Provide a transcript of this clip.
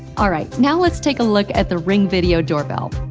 all right, now let's take a look at the ring video doorbell.